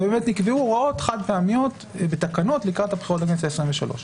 ונקבעו הוראות חד-פעמיות בתקנות לקראת הבחירות לכנסת העשרים-ושלוש.